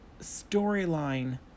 storyline